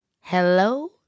Hello